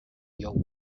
your